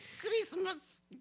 Christmas